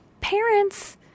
parents